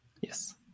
Yes